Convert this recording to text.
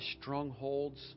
strongholds